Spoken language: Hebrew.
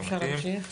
אפשר להמשיך.